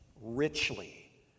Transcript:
richly